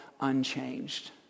unchanged